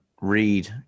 read